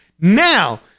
Now